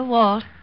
Walt